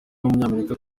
w’umunyamerika